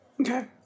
Okay